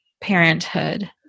parenthood